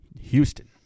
Houston